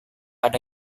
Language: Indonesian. ada